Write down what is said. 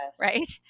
right